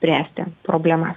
spręsti problemas